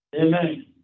Amen